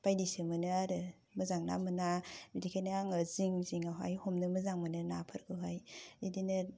बायदिसो मोनो आरो मोजां ना मोना बिदिखायनो आङो जिं जिङाव हाय हमनो मोजां मोनो नाफोरखौहाय बिदिनो